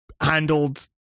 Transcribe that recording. handled